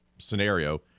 scenario